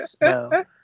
no